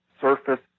surface